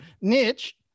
niche